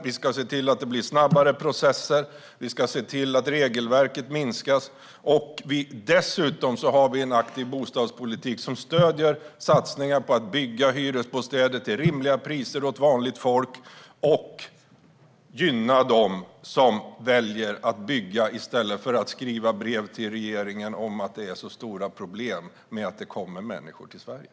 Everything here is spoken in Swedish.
Vi ska se till att det blir snabbare processer. Vi ska se till att regelverket minskas. Dessutom har vi en aktiv bostadspolitik som stöder satsningar på att bygga hyresbostäder till rimliga priser åt vanligt folk och som gynnar dem som väljer att bygga i stället för att skriva brev till regeringen om att det är stora problem med att det kommer människor till Sverige.